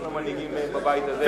יש לנו מנהיגים בבית הזה.